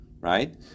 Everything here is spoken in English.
Right